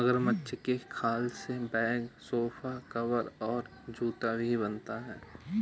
मगरमच्छ के खाल से बैग सोफा कवर और जूता भी बनता है